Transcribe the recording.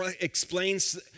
explains